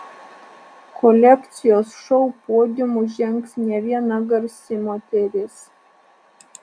kolekcijos šou podiumu žengs ne viena garsi moteris